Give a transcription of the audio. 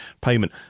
payment